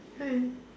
can